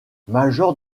major